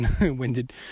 winded